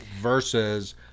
versus